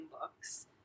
books